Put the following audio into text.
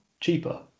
cheaper